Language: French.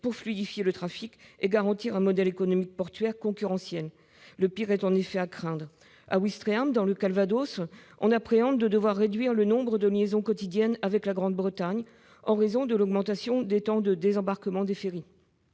pour fluidifier le trafic et garantir un modèle économique portuaire concurrentiel. Le pire est en effet à craindre. À Ouistreham, dans le Calvados, on appréhende de devoir réduire le nombre de liaisons quotidiennes avec la Grande-Bretagne en raison de l'augmentation des temps de désembarquement des ferries.